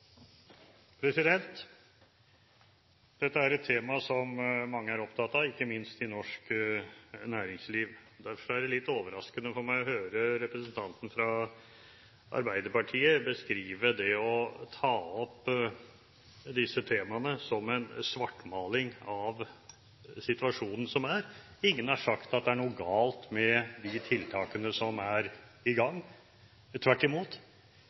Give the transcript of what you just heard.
målet. Dette er et tema som mange er opptatt av, ikke minst i norsk næringsliv. Derfor var det litt overraskende for meg å høre representanten fra Arbeiderpartiet beskrive det å ta opp disse temaene som en svartmaling av den situasjonen som er. Ingen har sagt at det er noe galt med de tiltakene som er i gang – tvert imot.